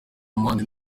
muhanzi